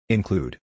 Include